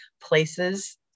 places